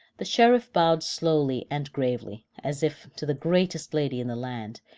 the sheriff bowed slowly and gravely, as if to the greatest lady in the land,